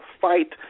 fight